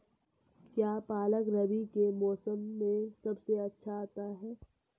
क्या पालक रबी के मौसम में सबसे अच्छा आता है?